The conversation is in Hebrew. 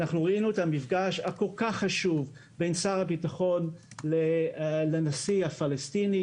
אנחנו ראינו את המפגש הכל כך חשוב בין שר הביטחון לנשיא הפלסטיני,